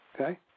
Okay